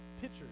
pitcher